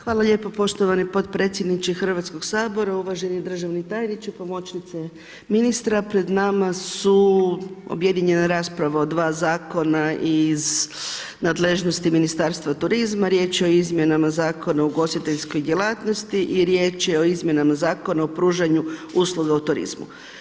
Hvala lijepo poštovani potpredsjedniče Hrvatskog sabora, uvaženi državni tajniče, pomoćnice ministra, pred nama su objedinjena 2 zakona iz nadležnosti Ministarstva turizma, riječ je izmjenama Zakona o ugostiteljskoj djelatnosti i riječ je o izmjenama Zakona o pružanju usluga u turizmu.